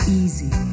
easy